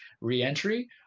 re-entry